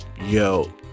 Yo